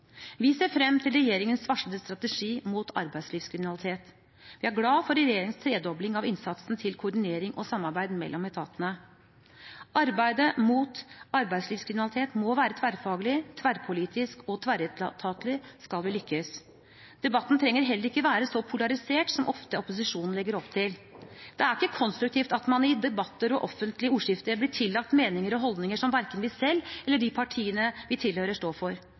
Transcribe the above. Vi ser frem til regjeringens varslede strategi mot arbeidslivskriminalitet. Jeg er glad for regjeringens tredobling av innsatsen til koordinering og samarbeid mellom etatene. Skal vi lykkes, må arbeidet mot arbeidslivskriminalitet være tverrfaglig, tverrpolitisk og tverretatlig. Debatten trenger heller ikke være så polarisert som opposisjonen ofte legger opp til. Det er ikke konstruktivt at man i debatter og offentlige ordskifter blir tillagt meninger og holdninger som verken vi selv eller de partiene vi tilhører, står for.